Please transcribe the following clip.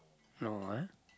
no ah